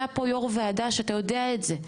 אתה פה יו"ר ועדה שאתה יודע את זה,